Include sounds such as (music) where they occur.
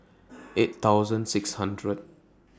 (noise) eight thousand six hundred